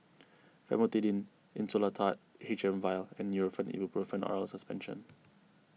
Famotidine Insulatard H M Vial and Nurofen Ibuprofen Oral Suspension